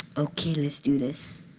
ok. let's do this.